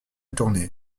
tournée